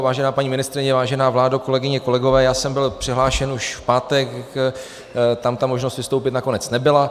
Vážená paní ministryně, vážená vládo, kolegyně, kolegové, já jsem byl přihlášen už v pátek, tam ta možnost vystoupit nakonec nebyla.